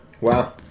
Wow